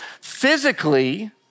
physically